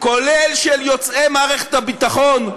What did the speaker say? כולל של יוצאי מערכת הביטחון,